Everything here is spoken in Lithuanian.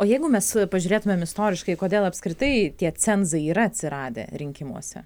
o jeigu mes pažiūrėtumėm istoriškai kodėl apskritai tie cenzai yra atsiradę rinkimuose